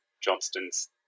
Johnston's